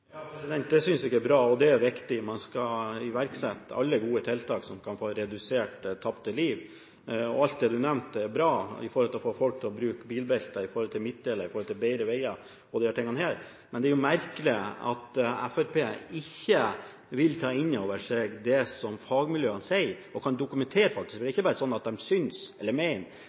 Det synes jeg er bra og viktig. Man skal iverksette alle gode tiltak som kan redusere tap av liv. Alt det du nevnte er bra – å få folk til å bruke bilbelte, midtdelere, bedre veier, og disse tingene – men det er jo merkelig at Fremskrittspartiet ikke vil ta inn over seg det som fagmiljøene sier, og faktisk kan dokumentere; det er ikke bare sånn at de synes eller